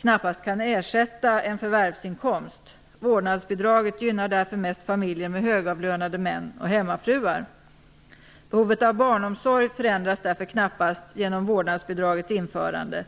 knappast kan ersätta en förvärvsinkomst. Vårdnadsbidraget gynnar därför mest familjer med högavlönade män och hemmafruar. Behovet av barnomsorg förändras därför knappast genom vårdnadsbidragets införande.